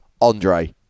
andre